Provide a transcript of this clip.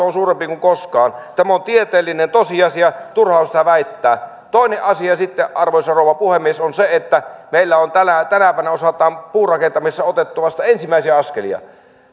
on suurempi kuin koskaan tämä on tieteellinen tosiasia turha on siitä väittää toinen asia sitten arvoisa rouva puhemies on se että meillä tänä päivänä on puurakentamisessa otettu vasta ensimmäisiä askelia